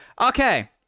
okay